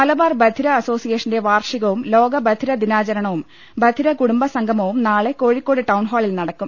മലബാർ ബധിര അസോസിയേഷന്റെ വാർഷികവും ലോക ബധിര ദിനാചരണവും ബധിര കുടുംബ സംഗ മവും നാളെ കോഴിക്കോട് ടൌൺഹാളിൽ നിടക്കും